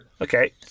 okay